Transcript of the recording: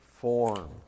form